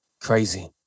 Crazy